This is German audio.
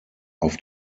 auf